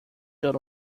dot